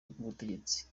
rw’ubutegetsi